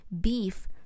beef